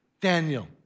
Daniel